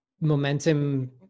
momentum